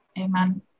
Amen